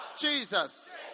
Jesus